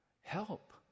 help